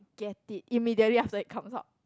get it immediately after it comes out